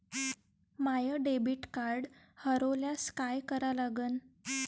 माय debit card हरोल्यास काय करा लागन?